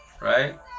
right